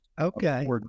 Okay